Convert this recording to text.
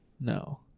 No